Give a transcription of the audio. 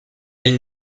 elle